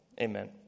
Amen